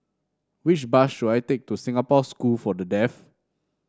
which bus should I take to Singapore School for the Deaf